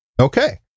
Okay